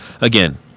Again